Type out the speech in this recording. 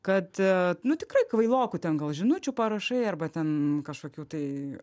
kad nu tikrai kvailokų ten gal žinučių parašai arba ten kažkokių tai